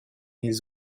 ils